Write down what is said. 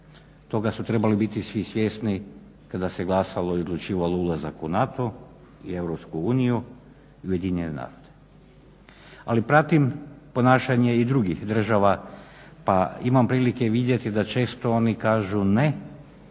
Toga su trebali biti svi svjesni kada se glasalo i odlučivalo o ulazak u NATO i EU i UN. Ali pratim ponašanje i drugih država pa imam prilike vidjeti da često oni kažu ne,